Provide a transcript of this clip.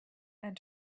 and